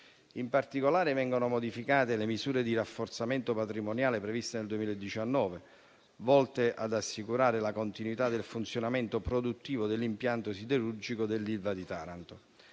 In particolare, vengono modificate le misure di rafforzamento patrimoniale previste nel 2019, volte ad assicurare la continuità del funzionamento produttivo dell'impianto siderurgico dell'Ilva di Taranto.